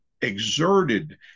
exerted